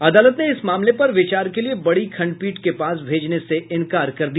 अदालत ने इस मामले पर विचार के लिये बड़ी खंडपीठ के पास भेजने से इंकार कर दिया